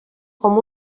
com